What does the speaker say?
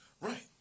Right